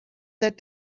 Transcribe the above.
that